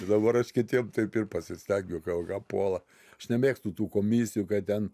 tai dabar aš kitiem taip ir pasistengiu gal ką puola aš nemėgstu tų komisijų kad ten